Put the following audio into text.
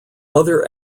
other